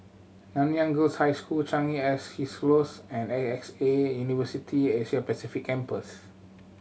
Nanyang Girls' High School Changi East Close and A X A University Asia Pacific Campus